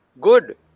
good